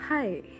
Hi